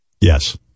Yes